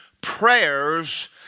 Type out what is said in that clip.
prayers